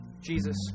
Jesus